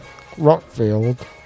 Rockfield